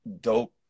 dope